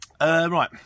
Right